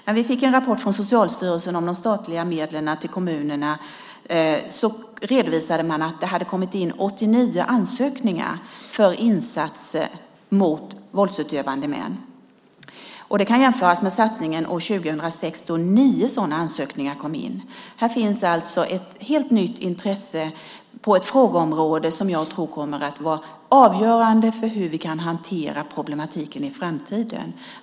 När vi fick en rapport från Socialstyrelsen om de statliga medlen till kommunerna redovisade man att det hade kommit in 89 ansökningar för insatser mot våldsutövande män. Det kan jämföras med satsningen 2006, då nio sådana ansökningar kom in. Här finns alltså ett helt nytt intresse på ett frågeområde som jag tror kommer att vara avgörande för hur vi kan hantera problematiken i framtiden.